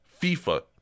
FIFA